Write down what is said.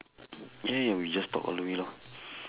ya ya we just talk all the way lor